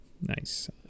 Nice